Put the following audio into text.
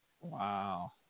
Wow